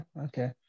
Okay